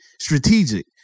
strategic